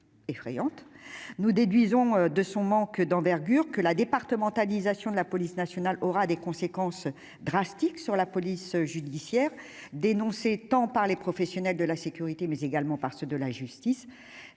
Nous déduisons de son manque d'envergure que la départementalisation de la police nationale aura de lourdes conséquences sur la police judiciaire. Dénoncée tant par les professionnels de la sécurité que par ceux de la justice,